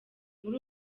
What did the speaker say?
muri